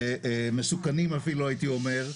שמסוכנים אפילו הייתי אומר.